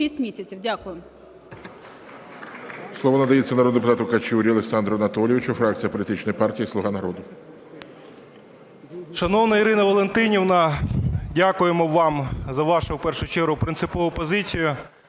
Слово надається народному депутату Качурі Олександру Анатолійовичу, фракція політичної партії "Слуга народу". 11:04:19 КАЧУРА О.А. Шановна Ірина Валентинівна, дякуємо вам за вашу, в першу чергу, принципову позицію.